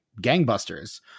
gangbusters